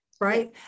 right